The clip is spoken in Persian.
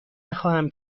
نخواهم